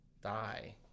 die